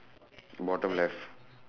bottom left